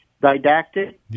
didactic